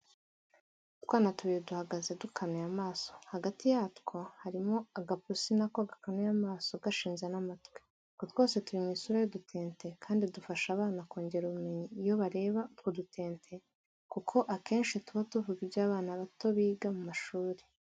Utwana tubiri duhagaze dukanuye amaso hagati yatwo harimo agapusi na ko gakanuye amaso kashize n'amatwi. Utwo twose turi mi isura y'udutente kandi dufasha abana kongera ubumenyi iyo bareba utwo dutente kuko akenshi tuba tuvuga ibyo abana bato biga mu mashuri.